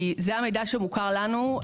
כי זה המידע שמוכר לנו.